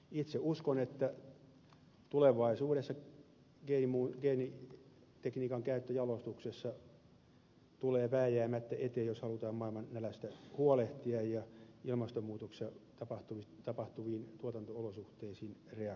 itse uskon että tulevaisuudessa geenitekniikan käyttö jalostuksessa tulee vääjäämättä eteen jos halutaan maailman nälästä huolehtia ja ilmastonmuutoksen aiheuttamiin tuotanto olosuhteiden muutoksiin reagoida